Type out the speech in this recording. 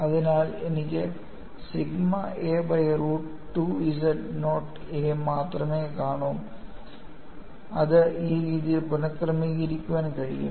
അതിനാൽ എനിക്ക് sigma a by root 2 z not a മാത്രമേ കാണൂ അത് ഈ രീതിയിൽ പുനക്രമീകരിക്കാൻ കഴിയും